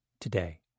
today